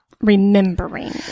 remembering